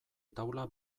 taula